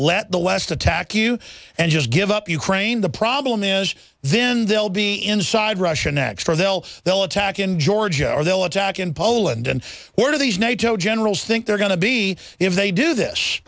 let the west attack you and just give up ukraine the problem is then they'll be inside russia next or they'll they'll attack in georgia or they'll attack in poland and one of these nato generals think they're going to be if they do this